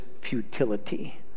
futility